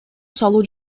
салуу